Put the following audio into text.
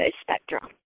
spectrum